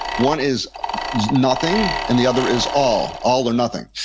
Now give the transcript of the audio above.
one is nothing, and the other is all. all or nothing,